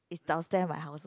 is downstair my house